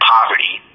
Poverty